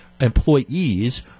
employees